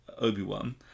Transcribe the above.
Obi-Wan